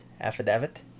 affidavit